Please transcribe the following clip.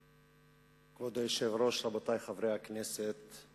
כבוד היושב-ראש, רבותי חברי הכנסת,